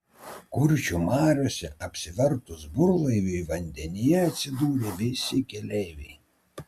kuršių mariose apsivertus burlaiviui vandenyje atsidūrė visi keleiviai